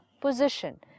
position